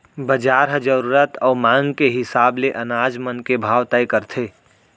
बजार ह जरूरत अउ मांग के हिसाब ले अनाज मन के भाव तय करथे